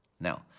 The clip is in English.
Now